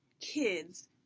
kids